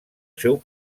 seu